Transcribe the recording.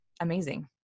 amazing